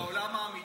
בעולם האמיתי?